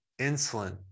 insulin